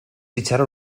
itxaron